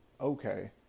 okay